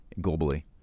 globally